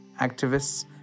activists